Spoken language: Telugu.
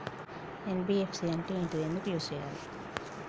ఎన్.బి.ఎఫ్.సి అంటే ఏంటిది ఎందుకు యూజ్ చేయాలి?